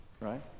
right